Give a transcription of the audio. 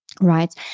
right